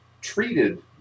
treated